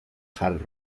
hard